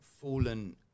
fallen